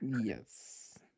Yes